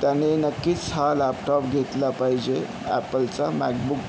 त्याने नक्कीच हा लॅपटॉप घेतला पाहिजे ॲपलचा मॅकबुक